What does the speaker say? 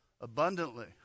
Abundantly